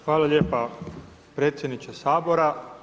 Hvala lijepa predsjedniče Sabora.